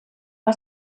bei